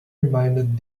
reminded